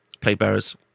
Playbearers